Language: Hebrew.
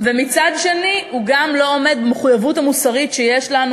ומצד שני הוא גם לא עומד במחויבות המוסרית שיש לנו,